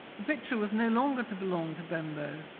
the picture was no longer to belong to bembo,